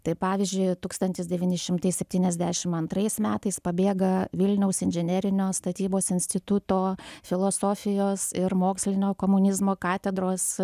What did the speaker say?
tai pavyzdžiui tūkstantis devyni šimtai septyniasdešimt antrais metais pabėga vilniaus inžinerinio statybos instituto filosofijos ir mokslinio komunizmo katedros